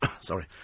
Sorry